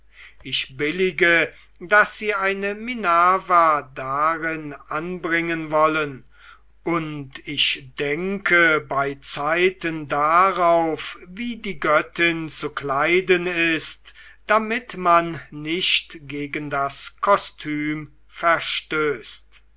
ich billige daß sie eine minerva darin anbringen wollen und ich denke beizeiten darauf wie die göttin zu kleiden ist damit man nicht gegen das kostüm verstößt